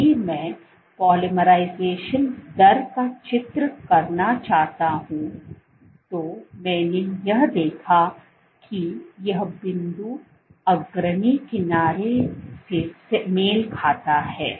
यदि मैं पोलीमराइजेशन दर का चित्र करना चाहता हूं तो मैंने यह देखा कि यह बिंदु अग्रणी किनारे से मेल खाता है